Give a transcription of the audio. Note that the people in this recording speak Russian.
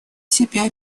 себя